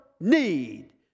need